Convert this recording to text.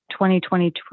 2022